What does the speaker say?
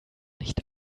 nicht